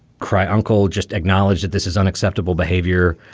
cry, uncle, just acknowledge that this is unacceptable behavior.